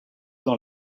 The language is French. dans